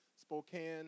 Spokane